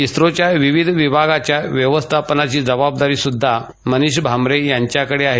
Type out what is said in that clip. ईस्रोच्या विविध विभागाच्या व्यवस्थापनाची जबाबदारी सुद्धा मनिष भांबरे यांच्याकडे आहे